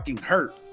hurt